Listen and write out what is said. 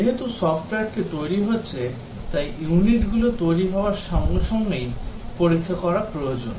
যেহেতু সফটওয়্যারটি তৈরি হচ্ছে তাই ইউনিটগুলো তৈরি হওয়ার সঙ্গে সঙ্গেই পরীক্ষা করা প্রয়োজন